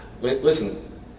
Listen